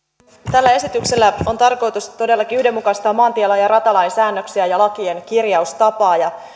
tällä esityksellä on tarkoitus todellakin yhdenmukaistaa maantielain ja ratalain säännöksiä ja lakien kirjaustapaa